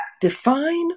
define